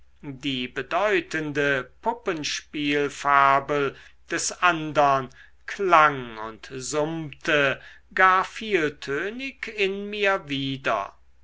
die bedeutende puppenspielfabel des andern klang und summte gar vieltönig in mir wider